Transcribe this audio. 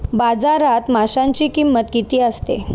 बाजारात माशांची किंमत किती असते?